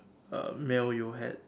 uh meal you had